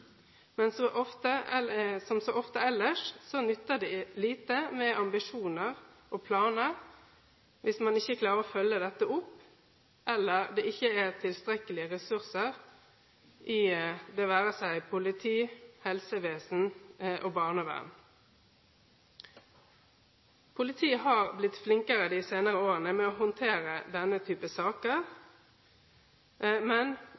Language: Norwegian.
men som så ofte ellers nytter det lite med ambisjoner og planer hvis man ikke klarer å følge dette opp, eller det ikke er tilstrekkelige ressurser i – det være seg – politi, helsevesen eller barnevern. Politiet har blitt flinkere de senere årene til å håndtere denne typen saker, men